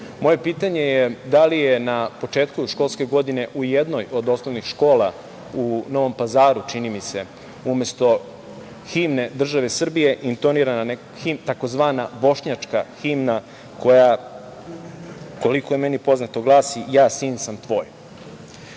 moje pitanje je, da li je na početku školske godine u jednoj od osnovnim škola u Novom Pazaru, čini mi se, umesto himne države Srbije intonirana tzv. bošnjačka himna koja, koliko je meni poznato, glasi – ja sin sam tvoj? Još